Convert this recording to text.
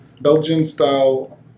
Belgian-style